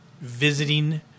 visiting